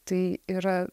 tai yra